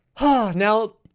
Now